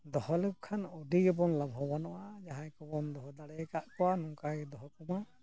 ᱫᱚᱦᱚ ᱞᱮᱠᱚ ᱠᱷᱟᱱ ᱟᱹᱰᱤ ᱜᱮᱵᱚᱱ ᱞᱟᱵᱷᱚ ᱵᱟᱱᱚᱜᱼᱟ ᱡᱟᱦᱟᱸᱭ ᱠᱚᱵᱚᱱ ᱫᱚᱦᱚ ᱫᱟᱲᱮᱭᱟᱠᱟᱫ ᱠᱚᱣᱟ ᱱᱚᱝᱠᱟ ᱜᱮ ᱫᱚᱦᱚ ᱠᱚᱢᱟ